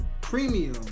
premium